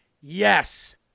yes